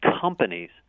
companies